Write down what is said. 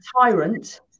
tyrant